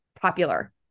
popular